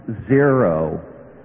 zero